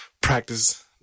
practice